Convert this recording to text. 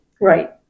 Right